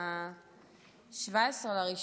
שב-17 בינואר